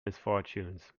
misfortunes